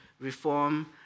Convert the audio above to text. reform